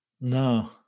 No